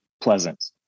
pleasant